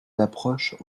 d’approche